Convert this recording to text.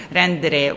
rendere